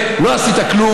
איננה נמצאת.